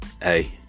Hey